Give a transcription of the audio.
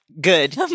good